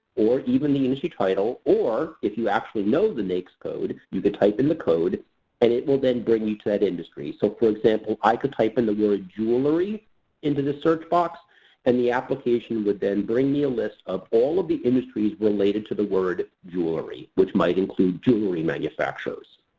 or even the industry title. or, if you actually know the naics code, you can type in the code and it will then bring you to that industry. so, for example i could type in the word jewelry into the search box and the application would then bring me a list of all the industries related to the word jewelry, which might include jewelry manufacturers.